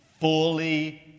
fully